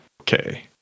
Okay